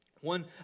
One